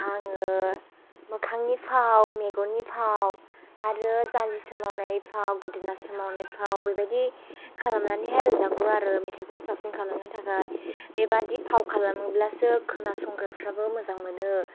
आङो मोखांनि फाव मेगननि फाव आरो जान्जि सोमावनाय फाव गोदोना सोमावनाय फाव बे बाइदि खालामनानैहाय रोजाबो आरो मेथाइखौहाय साबसिन खालामनो थाखाय बे बाइदि फाव खालामोब्लासो खोनासंग्राफ्राबो मोजां मोनो